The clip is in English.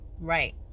Right